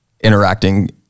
interacting